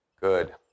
Good